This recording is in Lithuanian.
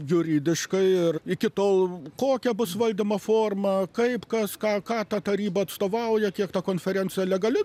juridiškai ir iki tol kokia bus valdymo forma kaip kas ką ką ta taryba atstovauja kiek ta konferencija legali